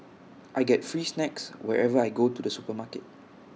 I get free snacks whenever I go to the supermarket